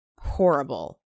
horrible